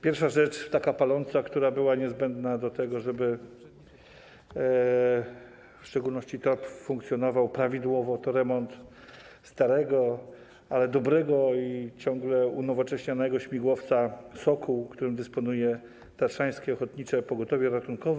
Pierwsza rzecz, paląca, która była niezbędna do tego, żeby w szczególności TOPR funkcjonował prawidłowo, to remont starego, ale dobrego i ciągle unowocześnianego śmigłowca Sokół, którym dysponuje Tatrzańskie Ochotnicze Pogotowie Ratunkowe.